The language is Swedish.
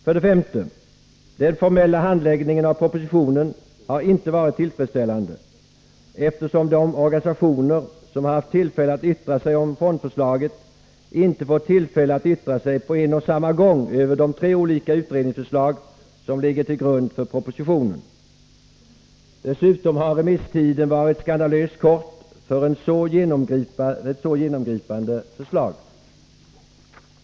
För det femte: Den formella handläggningen av propositionen har inte varit tillfredsställande, eftersom de organisationer som har haft tillfälle att yttra sig om fondförslaget, inte fått tillfälle att yttra sig på en och samma gång över de tre olika utredningsförslag som ligger till grund för propositionen. Dessutom har remisstiden varit skandalöst kort för ett så genomgripande förslag.